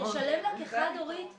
נשלם לה כחד הורית,